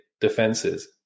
defenses